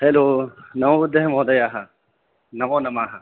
hello नवोदयः महोदय नमो नमः